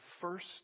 first